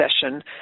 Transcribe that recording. session